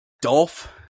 Dolph